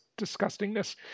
disgustingness